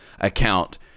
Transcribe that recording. account